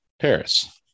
Paris